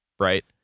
Right